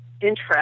interest